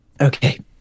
Okay